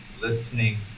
listening